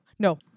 No